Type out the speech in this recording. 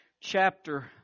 Chapter